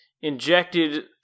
injected